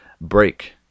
break